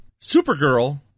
Supergirl